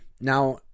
Now